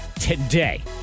today